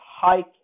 hike